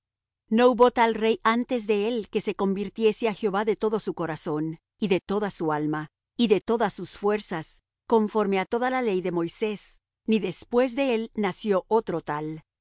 no hubo tal rey antes de él que se convirtiese á jehová de todo su corazón y de toda su alma y de todas su fuerzas conforme á toda la ley de moisés ni después de él nació otro tal